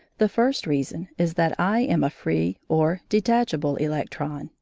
the first reason is that i am a free or detachable electron,